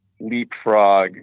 leapfrog